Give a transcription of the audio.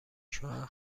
ژوئن